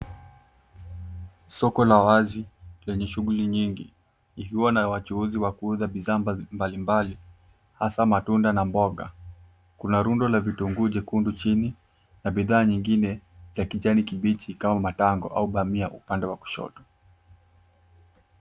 Soko la wazi lenye shughuli nyingi ikiwa na wachuuzi wa kuuza bidhaa mbalimbali hasa matunda na mboga. Kuna rundo la vitunguu jekundu chini na bidhaa nyingine ya kijani kibichi kama matango au bamia upande wa kushoto.